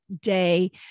day